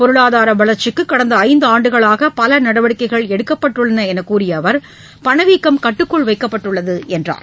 பொருளாதார வளர்ச்சிக்கு கடந்த ஐந்தாண்டுகளாக பல நடவடிக்கைகள் எடுக்கப்பட்டுள்ளன என்று கூறிய அவர் பணவீக்கம் கட்டுக்குள் வைக்கப்பட்டுள்ளது என்றார்